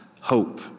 hope